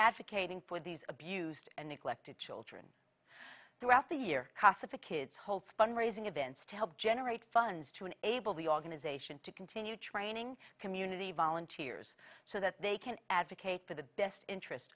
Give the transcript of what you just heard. advocating for these abused and neglected children throughout the year casa kids hold fund raising events to help generate funds to an able the organization to continue training community volunteers so that they can advocate for the best interest